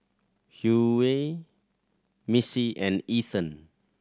Hughey Missie and Ethen